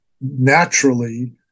naturally